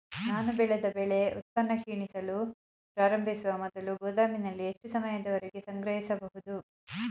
ನಾನು ಬೆಳೆದ ಬೆಳೆ ಉತ್ಪನ್ನ ಕ್ಷೀಣಿಸಲು ಪ್ರಾರಂಭಿಸುವ ಮೊದಲು ಗೋದಾಮಿನಲ್ಲಿ ಎಷ್ಟು ಸಮಯದವರೆಗೆ ಸಂಗ್ರಹಿಸಬಹುದು?